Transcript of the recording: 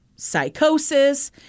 psychosis